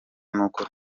n’uko